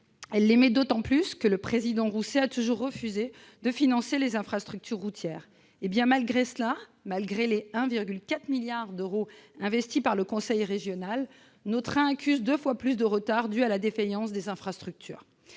ferroviaire, d'autant plus que le président Rousset a toujours refusé de financer les infrastructures routières. Malgré cela, malgré les 1,4 milliard d'euros investis par le conseil régional, nos trains accusent deux fois plus de retards, du fait de la défaillance des infrastructures.